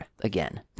again